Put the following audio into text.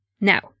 now